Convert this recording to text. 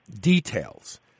details